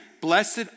blessed